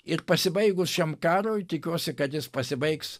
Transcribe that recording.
ir pasibaigus šiam karui tikiuosi kad jis pasibaigs